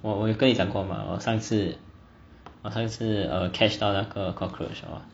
我我有跟你讲过吗我上次我上次 catch 到那个 cockroach hor